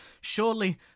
surely